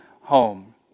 home